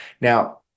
now